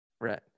Right